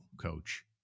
coach